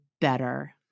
better